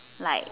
like